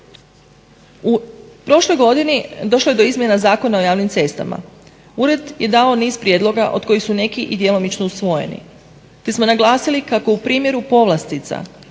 U prošloj godini došlo je do izmjena Zakona o javnim cestama. Ured je dao niz prijedloga od kojih su neki i djelomično usvojeni te smo naglasili kako u primjeru povlastica